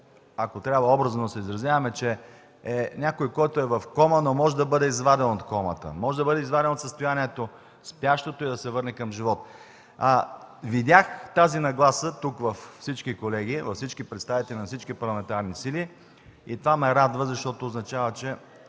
ако трябва образно да се изразяваме, че е някой, който е в кома, но може да бъде изваден от комата, може да бъде изваден от спящото състояние и да се върне към живот. Видях тази нагласа тук във всички колеги, във всички представители на всички парламентарни сили. Това ме радва, защото означава, че